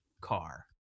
car